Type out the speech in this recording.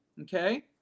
Okay